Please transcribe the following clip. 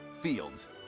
Fields